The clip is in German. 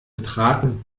betraten